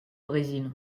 brésil